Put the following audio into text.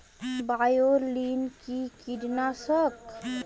বায়োলিন কি কীটনাশক?